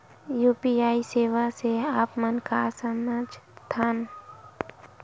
UPI सेवा से आप मन का समझ थान?